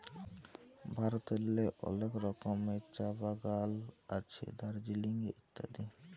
ভারতেল্লে অলেক রকমের চাঁ বাগাল আছে দার্জিলিংয়ে ইত্যাদি